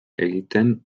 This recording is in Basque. egiten